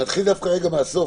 נתחיל מהסוף,